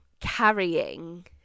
carrying